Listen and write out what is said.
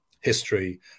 history